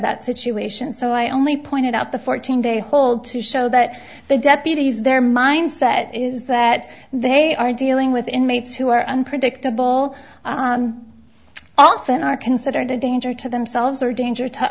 that situation so i only pointed out the fourteen day hold to show that the deputies their mindset is that they are dealing with inmates who are unpredictable often are considered a danger to themselves or danger to